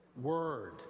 word